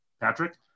Patrick